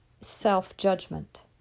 self-judgment